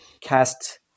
cast